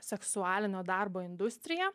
seksualinio darbo industrija